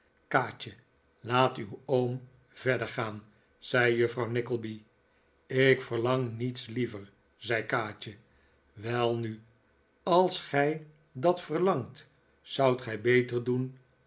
kaatje laat uw oom verder gaan zei juffrouw nickleby ik verlang niets liever zei kaatje welnu als gij dat verlangt zoudt gij beter doen